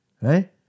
right